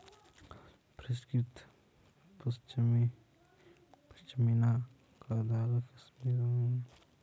परिष्कृत पशमीना का धागा कश्मीरी काश्तकारों को बहुत मुनाफा दिलवाता है